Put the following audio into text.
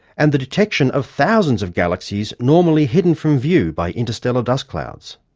and the detection of thousands of galaxies normally hidden from view by interstellar dust clouds.